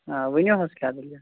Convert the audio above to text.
آ ؤنِو حظ کیٛاہ دٔلیٖل